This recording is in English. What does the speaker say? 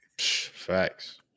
Facts